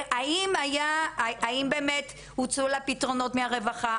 האם הוצעו לה פתרונות מהרווחה,